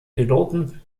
piloten